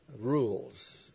rules